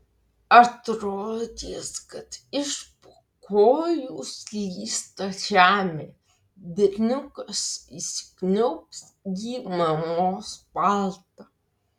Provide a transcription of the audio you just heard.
atrodys kad iš po kojų slysta žemė berniukas įsikniaubs į mamos paltą